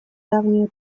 давнюю